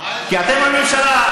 כי אתם הממשלה.